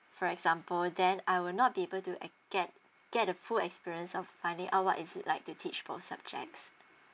for example then I will not be able to get get the full experience of funny uh what is it like to teach both subjects